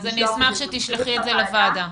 אני אשמח שתשלחי לוועדה.